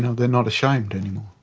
they're not ashamed anymore.